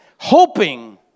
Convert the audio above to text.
Hoping